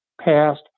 passed